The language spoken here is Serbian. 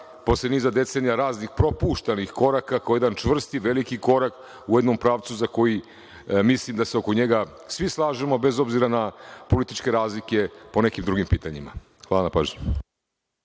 posle niza decenija raznih propuštenih koraka, kao jedan čvrst i veliki korak u jednom pravcu za koji mislim da se oko njega svi slažemo bez obzira na političke razlike po nekim drugim pitanjima. Hvala na pažnji.